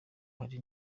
ari